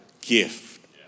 gift